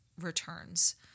returns